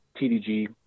TDG